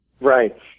Right